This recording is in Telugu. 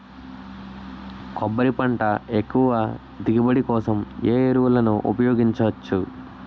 కొబ్బరి పంట ఎక్కువ దిగుబడి కోసం ఏ ఏ ఎరువులను ఉపయోగించచ్చు?